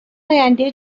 آینده